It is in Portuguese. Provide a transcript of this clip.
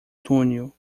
túnel